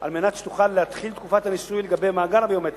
על מנת שתוכל להתחיל תקופת הניסוי לגבי המאגר הביומטרי.